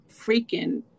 freaking